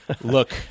look